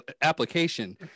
application